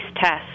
tests